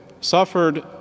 suffered